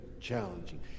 challenging